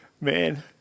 Man